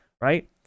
right